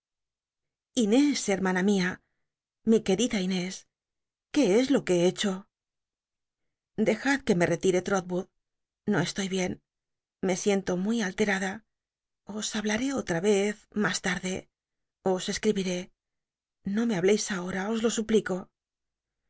inés hermana mia mi querida inés qué es lo que he hecho dejad que me retire trotwood no estoy bien me siento muy altcrada os hablaré olla vez mas tal'llc os cscribiré no me hableis ahora os lo suplico